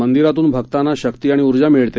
मंदिरातून भक्तांना शक्ती आणि ऊर्जा मिळते